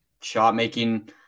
shot-making